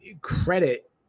credit